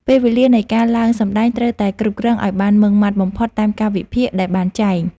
ពេលវេលានៃការឡើងសម្ដែងត្រូវតែគ្រប់គ្រងឱ្យបានម៉ឺងម៉ាត់បំផុតតាមកាលវិភាគដែលបានចែង។